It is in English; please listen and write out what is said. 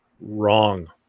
wrong